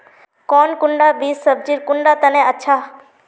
कौन कुंडा बीस सब्जिर कुंडा तने अच्छा?